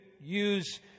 use